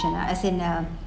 as in uh